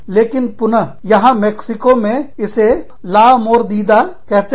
लेकिन पुन यहां मेक्सिको में इसे ला मोरदीदा कहते हैं